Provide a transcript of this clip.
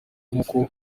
nko